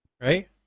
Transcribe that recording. right